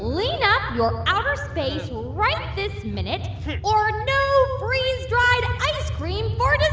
clean up your outer space right this minute or no freeze-dried ice cream sort of